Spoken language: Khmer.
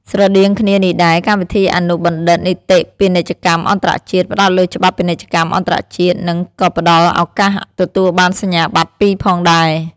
ស្រដៀងគ្នានេះដែរកម្មវិធីអនុបណ្ឌិតនីតិពាណិជ្ជកម្មអន្តរជាតិ ផ្តោតលើច្បាប់ពាណិជ្ជកម្មអន្តរជាតិ និងក៏ផ្តល់ឱកាសទទួលបានសញ្ញាបត្រពីរផងដែរ។